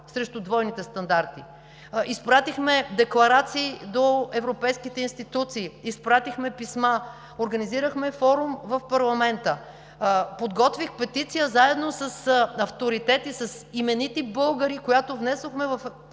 срещу двойните стандарти. Изпратихме декларации до европейските институции. Изпратихме писма, организирахме форум в парламента, подготвих петиция заедно с авторитети, с именити българи, която внесохме в Европейския